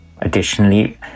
Additionally